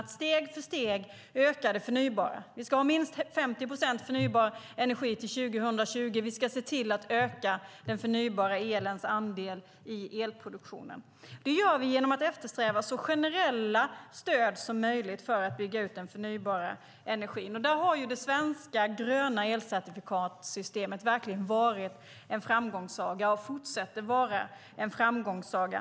Vi ska ha minst 50 procent förnybar energi till 2020, och vi ska se till att öka den förnybara elens andel i elproduktionen. Det gör vi genom att eftersträva så generella stöd som möjligt för att bygga ut den förnybara energin. Där har det svenska gröna elcertifikatssystemet verkligen varit en framgångssaga och fortsätter att vara en framgångssaga.